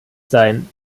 sein